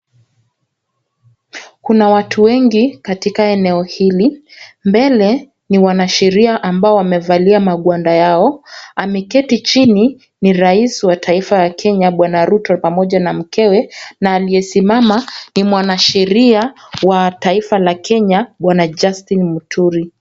Kuna watu wengi katika eneo hili, mbele ni wanasheria ambao wamevalia magwada yao, ameketi chini ni rais wa taifa ya Kenya, Bwana Ruto pamoja na mkewe, na aliyesimama ni mwanasheria wa taifa la Kenya, Bwana Justin Muturi.